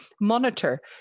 monitor